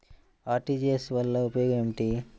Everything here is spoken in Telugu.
అర్.టీ.జీ.ఎస్ వలన ఉపయోగం ఏమిటీ?